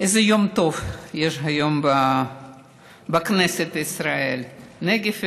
איזה יום טוב יש היום בכנסת ישראל, נגב וגליל,